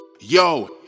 Yo